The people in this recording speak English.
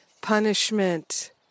punishment